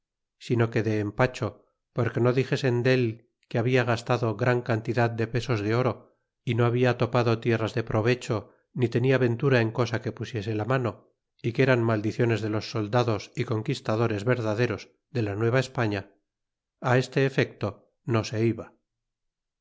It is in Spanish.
sino que de empacho porque no dixesen del que había gastado gran cantidad de pesos de oro y no habla topado tierras de provecho ni tenia ventura en cosa que pusiese la mano y que eran maldiciones de los soldados y conquistadores verdaderos de la nueva españa este efecto no se iba